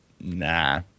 Nah